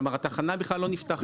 כלומר, התחנה בכלל לא נפתחת לתחרות.